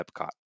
Epcot